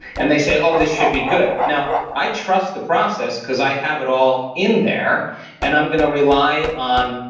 and they say, oh, this should be good. now i trust the process because i have it all in there and i'm going to rely on,